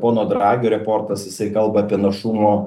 pono dragio reportas jisai kalba apie našumo